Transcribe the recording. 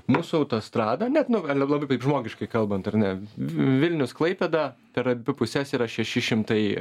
mūsų autostrada net nu ele labai taip žmogiškai kalbant ar ne vilnius klaipėda per abi puses yra šeši šimtai